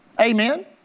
Amen